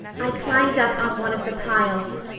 i climbed up on one of the piles,